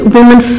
women